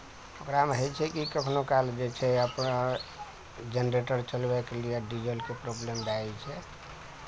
ओकरामे होइ छै कि कखनो काल जे छै अपना जेनरेटर चलबैके लिए डीजलके प्रॉब्लम भए जाइ छै